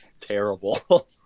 terrible